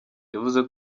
yavuze